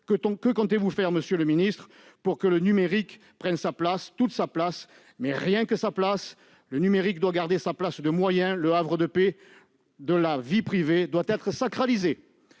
Que comptez-vous faire, monsieur le ministre, pour que le numérique prenne sa place, toute sa place, mais rien que sa place dans notre société ? Le numérique doit rester un moyen : le havre de paix de la vie privée doit être sacralisé.